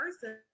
person